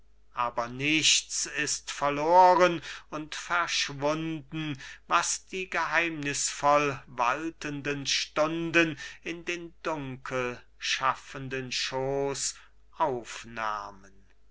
geberde aber nichts ist verloren und verschwunden was die geheimnißvoll waltenden stunden in den dunkel schaffenden schooß aufnahmen die